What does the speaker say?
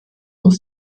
muss